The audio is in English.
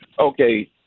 Okay